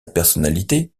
personnalité